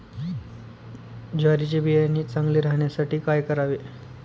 ज्वारीचे बियाणे चांगले राहण्यासाठी काय करावे?